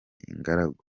ingaragu